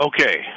Okay